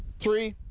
three?